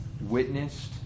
witnessed